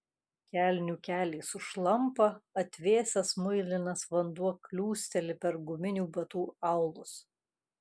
kelnių keliai sušlampa atvėsęs muilinas vanduo kliūsteli per guminių batų aulus